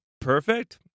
perfect